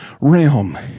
realm